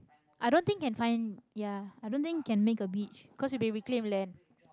i don't think can find ya i don't think can make a beach 'cause it'll be reclaimed land